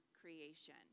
creation